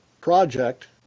project